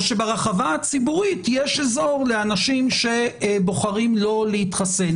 או שברחבה הציבורית יש אזור לאנשים שבוחרים לא להתחסן.